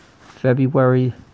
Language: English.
February